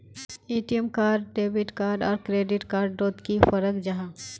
ATM card debit card आर credit card डोट की फरक जाहा?